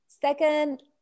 Second